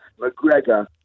McGregor